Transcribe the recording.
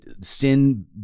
Sin